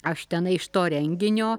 aš tenai iš to renginio